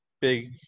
big